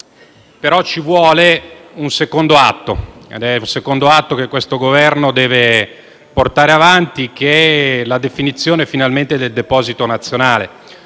Ci vuole però un secondo atto, che questo Governo deve portare avanti, che è la definizione finalmente del deposito nazionale.